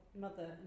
mother